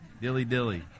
Dilly-dilly